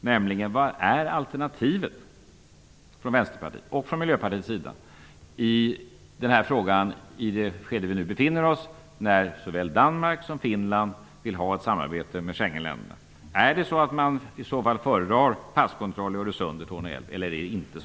Frågan gällde vilka alternativen från Vänsterpartiet och Miljöpartiet är i det skede vi nu befinner oss, när såväl Danmark som Finland vill ha ett samarbete med Schengenländerna. Är det så att Vänsterpartiet och Miljöpartiet i sådana fall föredrar passkontroll vid Öresund och vid Torne älv, eller är det inte så?